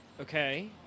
Okay